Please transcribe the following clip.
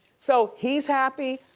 so he's happy,